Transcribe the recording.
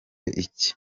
iki